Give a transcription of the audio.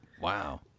Wow